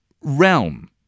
realm